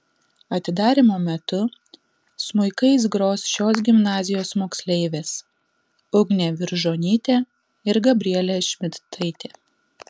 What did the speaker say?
atidarymo metu smuikais gros šios gimnazijos moksleivės ugnė viržonytė ir gabrielė šmidtaitė